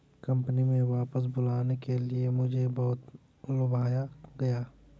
company में वापस बुलाने के लिए मुझे बहुत लुभाया गया